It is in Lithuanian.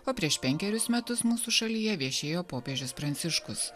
o prieš penkerius metus mūsų šalyje viešėjo popiežius pranciškus